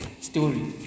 story